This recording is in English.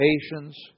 patience